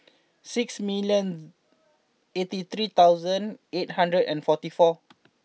six million eighty three thousand eight hundred and forty four